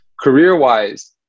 Career-wise